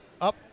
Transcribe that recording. Up